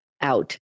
out